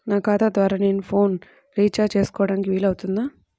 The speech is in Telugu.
నా ఖాతా ద్వారా నేను ఫోన్ రీఛార్జ్ చేసుకోవడానికి వీలు అవుతుందా?